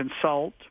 consult